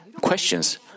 questions